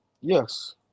Yes